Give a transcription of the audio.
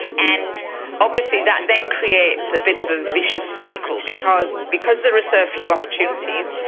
and obviously that then creates a bit of a vicious cycle because because there are so few opportunities,